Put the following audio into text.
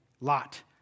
Lot